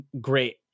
great